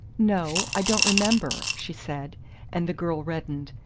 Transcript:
no i don't remember, she said and the girl reddened,